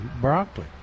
broccoli